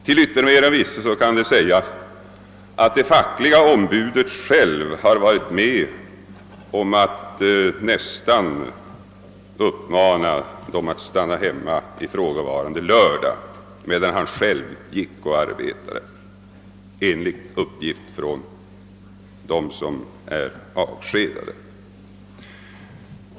— Till yttermera visso kan jag nämna att det fackliga ombudet själv varit med om att nästan uppmana arbetarna att stanna hemma den lördag det gällde, medan han själv gick och arbetade — detta enligt uppgift från dem som avskedades.